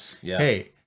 Hey